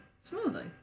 smoothly